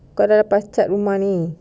kalau lepas cat rumah ni